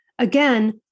Again